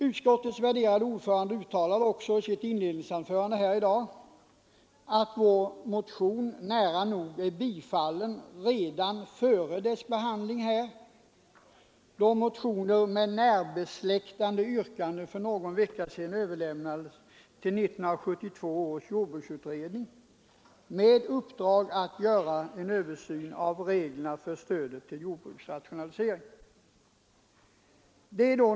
Utskottets värderade ordförande sade i sitt inledningsanförande i dag att vår motion nära nog är bifallen redan före motionens behandling i kammaren, ty motioner med närbesläktade yrkanden överlämnades för någon vecka sedan till 1972 års jordbruksutredning med uppdrag till utredningen att göra en översyn av reglerna för stödet till jordbrukets rationalisering.